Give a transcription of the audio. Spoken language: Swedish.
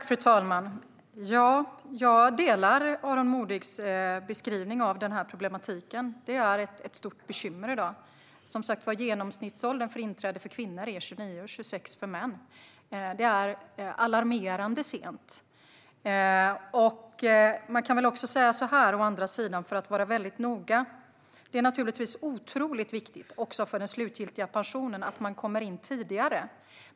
Fru talman! Jag håller med om Aron Modigs beskrivning av problematiken. Det är ett stort bekymmer i dag. Genomsnittsåldern för inträde är som sagt 29 år för kvinnor och 26 år för män. Det är alarmerande sent. För att vara noga är det otroligt viktigt för den slutgiltiga pensionen att man kommer in tidigare.